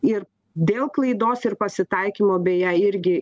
ir dėl klaidos ir pasitaikymo beje irgi